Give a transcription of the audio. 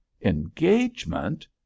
engagement